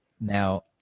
Now